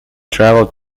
travelled